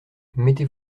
mettez